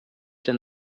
denn